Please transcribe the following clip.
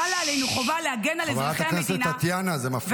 חלה עלינו חובה להגן על אזרחי המדינה ולא